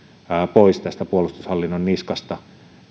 pois puolustushallinnon niskasta